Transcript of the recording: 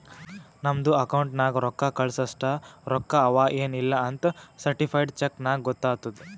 ನಮ್ದು ಅಕೌಂಟ್ ನಾಗ್ ರೊಕ್ಕಾ ಕಳ್ಸಸ್ಟ ರೊಕ್ಕಾ ಅವಾ ಎನ್ ಇಲ್ಲಾ ಅಂತ್ ಸರ್ಟಿಫೈಡ್ ಚೆಕ್ ನಾಗ್ ಗೊತ್ತಾತುದ್